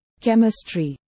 chemistry